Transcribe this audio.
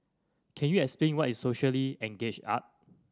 can you explain what is socially engaged art